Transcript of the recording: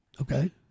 Okay